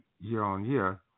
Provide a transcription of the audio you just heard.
year-on-year